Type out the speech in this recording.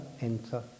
enter